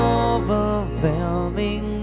overwhelming